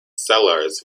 sellars